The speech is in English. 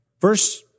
verse